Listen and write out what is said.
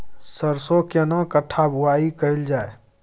सरसो केना कट्ठा बुआई कैल जाय?